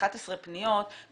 11 פניות,